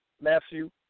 Matthew